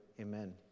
Amen